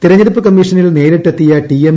തെരഞ്ഞെടുപ്പ് കമ്മീഷനിൽ ്രനേരിട്ടെത്തിയ ടി എം